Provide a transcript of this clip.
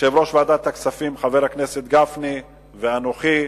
יושב-ראש ועדת הכספים, חבר הכנסת גפני, ואנוכי,